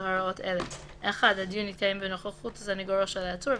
הוראות אלה: (1)הדיון יתקיים בנוכחות סניגורו של העצור,